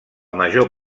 major